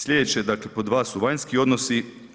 Sljedeće, dakle pod dva su vanjski odnosi.